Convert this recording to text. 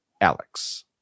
Alex